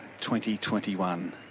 2021